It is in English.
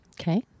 Okay